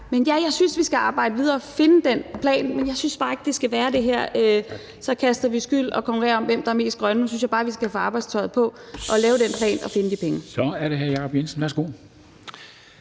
Men ja, jeg synes vi skal arbejde videre og finde den plan. Jeg synes bare ikke, at det skal være det her med at placere skyld og konkurrere om, hvem der er mest grønne. Nu synes jeg bare vi skal få arbejdstøjet på og lave den plan og finde de penge. Kl. 11:21 Formanden (Henrik